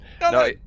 No